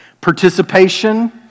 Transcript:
participation